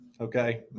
okay